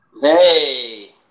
Hey